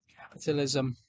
capitalism